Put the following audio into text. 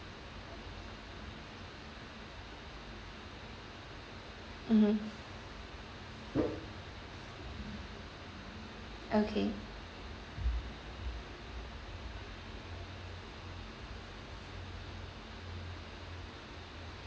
mmhmm okay